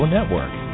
Network